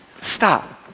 stop